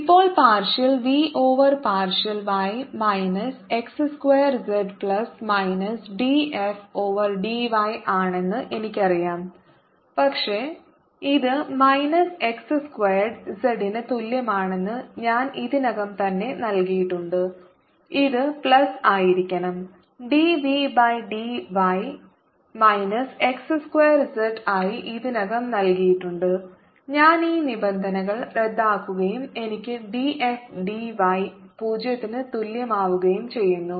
ഇപ്പോൾ partial v over partial y minus x square z plus minus d f over d y ആണെന്ന് എനിക്കറിയാം പക്ഷേ ഇത് minus x squared z ന് തുല്യമാണെന്ന് ഞാൻ ഇതിനകം തന്നെ നൽകിയിട്ടുണ്ട് ഇത് പ്ലസ് ആയിരിക്കണം dv by dy minus x square z ആയി ഇതിനകം നൽകിയിട്ടുണ്ട് ഞാൻ ഈ നിബന്ധനകൾ റദ്ദാക്കുകയും എനിക്ക് d f d y 0 ന് തുല്യമാവുകയും ചെയ്യുന്നു